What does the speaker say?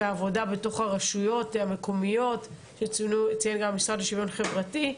ועבודה בתוך הרשויות המקומיות שציין גם המשרד לשוויון חברתי.